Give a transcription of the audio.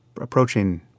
approaching